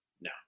No